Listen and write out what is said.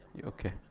Okay